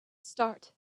start